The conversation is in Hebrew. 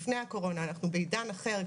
לפני הקורונה אנחנו בעידן אחר,